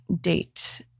date